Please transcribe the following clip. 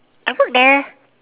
I work there